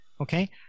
okay